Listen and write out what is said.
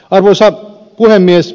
arvoisa puhemies